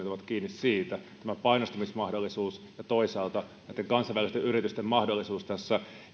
siitä tämä painostamismahdollisuus ja toisaalta näiden kansainvälisten yritysten mahdollisuus tässä